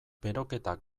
beroketa